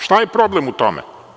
Šta je problem u tome?